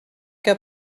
que